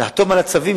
לחתום על הצווים,